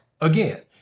again